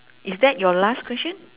is that your last question